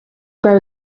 grow